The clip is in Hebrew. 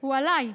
הוא עליי,